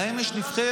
להם יש נבחרת.